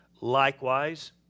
likewise